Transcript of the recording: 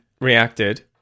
reacted